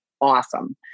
awesome